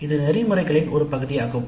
இது நெறிமுறைகளின் ஒரு பகுதியாகும்